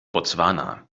botswana